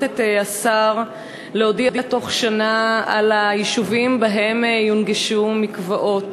את השר להודיע תוך שנה על היישובים שבהם יונגשו מקוואות.